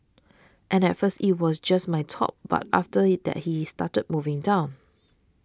and at first it was just my top but after that he started moving down